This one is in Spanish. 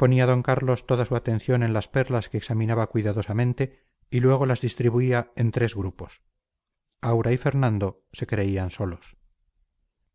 ponía d carlos toda su atención en las perlas que examinaba cuidadosamente y luego las distribuía entres grupos aura y fernando se creían solos